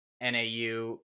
NAU